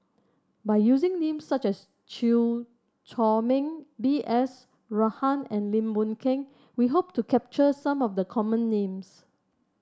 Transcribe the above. by using names such as Chew Chor Meng B S Rajhan and Lim Boon Keng we hope to capture some of the common names